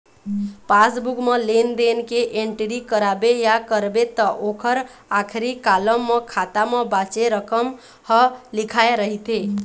passbook म लेन देन के एंटरी कराबे या करबे त ओखर आखरी कालम म खाता म बाचे रकम ह लिखाए रहिथे